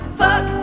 fuck